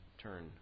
turn